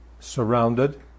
surrounded